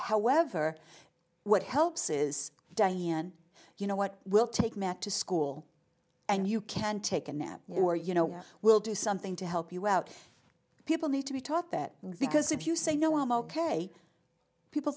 however what helps is diane you know what will take matt to school and you can take a nap or you know we'll do something to help you out people need to be taught that because if you say no i'm ok people